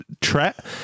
Tret